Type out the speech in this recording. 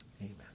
amen